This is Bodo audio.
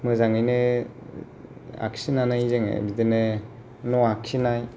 मोजाङैनो आखिनानै जोंङो बिदिनो न' आखिनाय